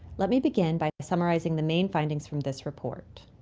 let me begin by summarizing the main findings from this report.